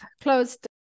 closed